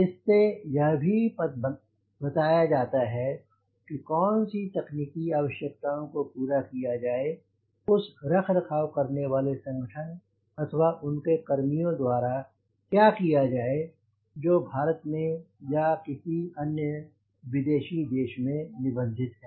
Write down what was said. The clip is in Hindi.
इससे यह भी बताया जाता है कि कौन सी तकनीकी आवश्यकताओं को पूरा किया जाए उस रखरखाव करने वाले संगठन अथवा उनके कर्मियों द्वारा के क्या किया जाए जो भारत में या किसी अन्य विदेशी देश में निबंधित है